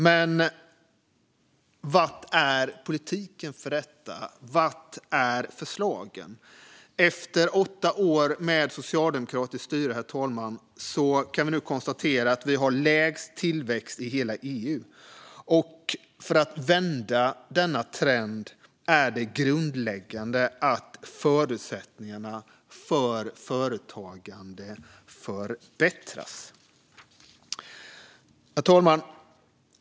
Men var är politiken för detta? Var är förslagen? Efter åtta år med socialdemokratiskt styre, herr talman, kan vi nu konstatera att vi har lägst tillväxt i hela EU. För att vända denna trend är det grundläggande att förutsättningarna för företagande förbättras. Herr talman!